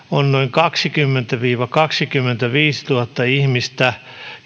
kaksikymmentätuhatta viiva kaksikymmentäviisituhatta ihmistä